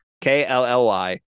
k-l-l-y